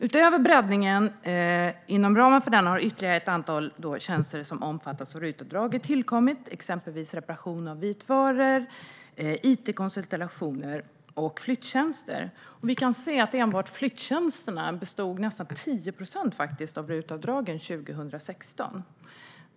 Utöver breddningen inom ramen för denna har ytterligare ett antal tjänster som omfattas av RUT-avdraget tillkommit, exempelvis reparation av vitvaror, it-konsultationer och flyttjänster. Vi kan se att enbart flyttjänsterna stod för nästan 10 procent av RUT-avdragen 2016.